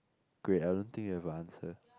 great I don't think you have a answer